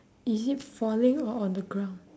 is it falling or on the ground